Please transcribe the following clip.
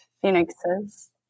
phoenixes